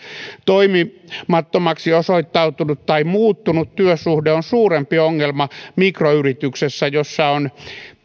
toimimattomaksi osoittautunut tai muuttunut työsuhde on suurempi ongelma mikroyrityksessä jossa on